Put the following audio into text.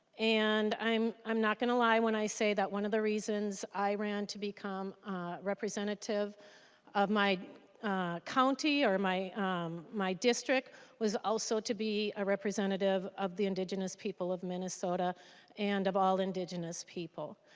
and i'm i'm not going to lie when i say that one of the reasons i ran to become representative of my county for my um my district was also to be a representative of the indigenous people of minnesota and of all indigenous people.